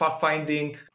finding